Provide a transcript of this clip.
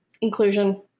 inclusion